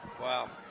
Wow